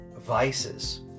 vices